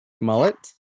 Mullet